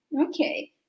Okay